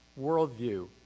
worldview